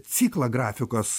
ciklą grafikos